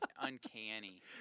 uncanny